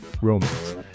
romance